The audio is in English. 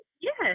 yes